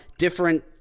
different